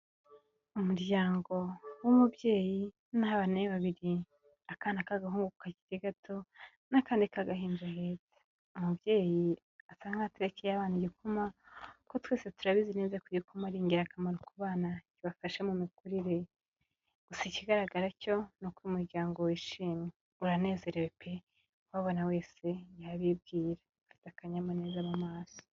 Umuryango w'umubyeyi n'abana be babiri akana k'agahungu kakiri gato n'akandi k'agahinja ahetse. Umubyeyi asa n'aho atekeye abana igikoma kuko twese turabizi neza ko igikoma ari ingirakamaro ku bana kibafashe mu mikurire, gusa ikigaragara cyo ni uko umuryango wishimye uranezerewe pe uwaubabona wese yabibwira bafite akanyamuneza mu maso.